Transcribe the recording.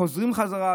חוזרים חזרה?